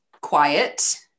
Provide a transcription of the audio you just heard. quiet